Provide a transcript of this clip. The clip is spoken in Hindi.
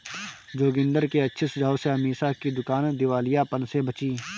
जोगिंदर के अच्छे सुझाव से अमीषा की दुकान दिवालियापन से बची